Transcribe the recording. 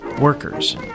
workers